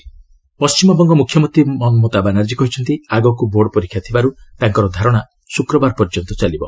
West Bengal Paschimbanga ମୁଖ୍ୟମନ୍ତ୍ରୀ ମମତା ବାନାର୍ଜୀ କହିଛନ୍ତି ଆଗକୁ ବୋର୍ଡ ପରୀକ୍ଷା ଥିବାରୁ ତାଙ୍କର ଧାରଣା ଶୁକ୍ରବାର ପର୍ଯ୍ୟନ୍ତ ଚାଲିବ